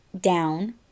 down